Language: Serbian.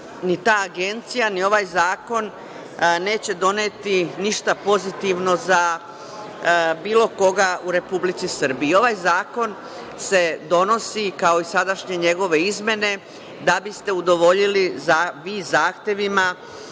ni ta agencija ni ovaj zakon neće doneti ništa pozitivno za bilo koga u Republici Srbiji. Ovaj zakon se donosi kao i sadašnje njegove izmene da bi ste udovoljili vi zahtevima